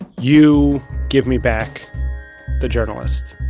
you give me back the journalist.